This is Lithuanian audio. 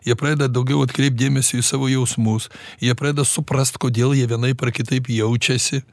jie pradeda daugiau atkreipt dėmesio į savo jausmus jie pradeda suprast kodėl jie vienaip ar kitaip jaučiasi